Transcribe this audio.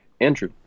Andrew